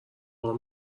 راه